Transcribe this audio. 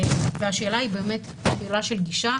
השאלה היא באמת שאלה של גישה,